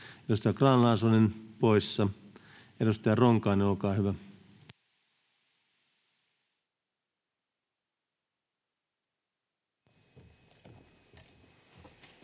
edustaja Grahn-Laasonen poissa. — Edustaja Ronkainen, olkaa hyvä.